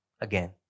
again